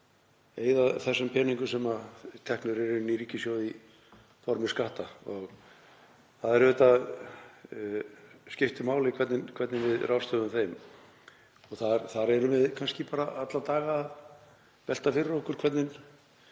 eyða þessum peningum sem teknir eru inn í ríkissjóð í formi skatta. Það skiptir máli hvernig við ráðstöfum þeim og þar erum við kannski bara alla daga að velta fyrir okkur hvernig